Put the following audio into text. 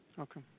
Okay